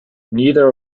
neither